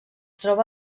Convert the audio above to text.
troba